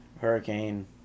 hurricane